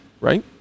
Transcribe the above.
Right